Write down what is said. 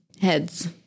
heads